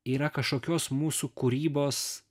yra kažkokios mūsų kūrybos